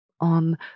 on